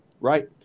right